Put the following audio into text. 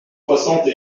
soixante